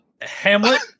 Hamlet